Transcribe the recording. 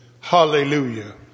Hallelujah